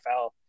NFL